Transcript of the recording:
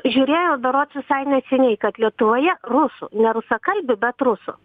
žiūrėjau berods visai neseniai kad lietuvoje rusų ne rusakalbių bet rusų